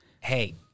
Hey